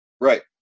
Right